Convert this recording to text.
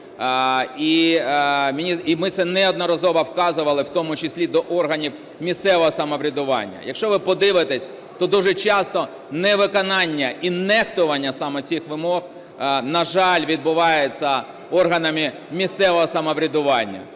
І ми це неодноразово вказували, у тому числі до органів місцевого самоврядування. Якщо ви подивитеся, то дуже часто невиконання і нехтування саме цих вимог, на жаль, відбувається органами місцевого самоврядування.